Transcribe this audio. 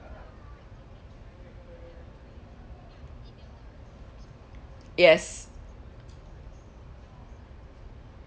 yes